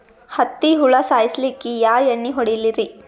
ಹತ್ತಿ ಹುಳ ಸಾಯ್ಸಲ್ಲಿಕ್ಕಿ ಯಾ ಎಣ್ಣಿ ಹೊಡಿಲಿರಿ?